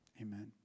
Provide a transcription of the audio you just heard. Amen